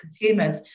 consumers